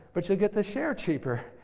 but you'll get the share cheaper.